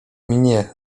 mnie